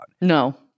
No